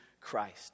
Christ